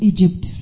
Egypt